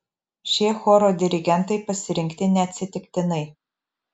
šie choro dirigentai pasirinkti neatsitiktinai